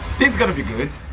this is gonna be good